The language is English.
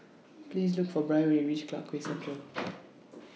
Please Look For Bryn when YOU REACH Clarke Quay Central